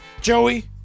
Joey